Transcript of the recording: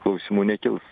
klausimų nekils